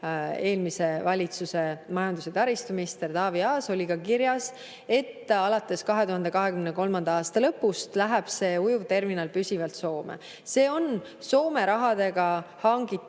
eelmise valitsuse majandus- ja taristuminister Taavi Aas, oli ka kirjas, et alates 2023. aasta lõpust läheb see ujuvterminal püsivalt Soome. See on Soome rahadega hangitud